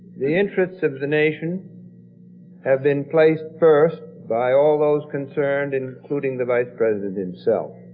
the interests of the nation have been placed first by all those concerned, including the vice president and so